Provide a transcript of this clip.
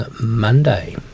monday